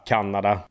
Kanada